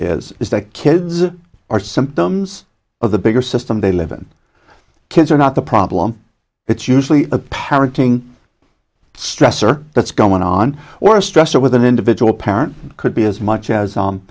is is that kids are symptoms of the bigger system they live in kids are not the problem it's usually a parenting stressor that's going on or a stressor with an individual parent could be as much